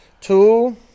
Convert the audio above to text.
Two